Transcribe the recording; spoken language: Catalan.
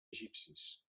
egipcis